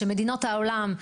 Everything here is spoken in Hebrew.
שמדינות העולם,